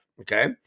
Okay